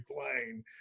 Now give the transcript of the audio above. playing